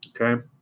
Okay